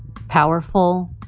powerful,